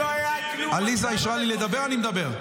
עליזה אישרה לי לדבר, אני מדבר.